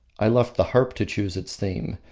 i left the harp to choose its theme,